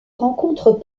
rencontrent